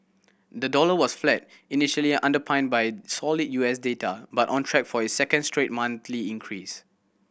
the dollar was flat initially underpinned by solid U S data but on track for its second straight monthly increase